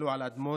עלו על אדמות